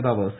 നേതാവ് സി